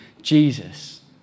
Jesus